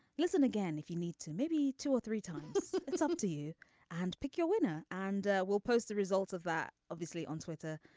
listen again if you need to maybe two or three times it's up um to you and pick your winner and we'll post the results of that obviously on twitter.